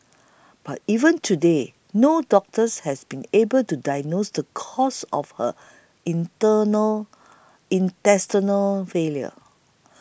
but even today no doctors has been able to diagnose the cause of her internal intestinal failure